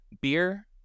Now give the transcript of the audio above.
Beer